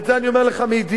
ואת זה אני אומר לך מידיעה,